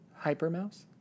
Hypermouse